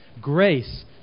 Grace